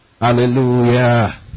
Hallelujah